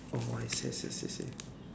oh I see see see see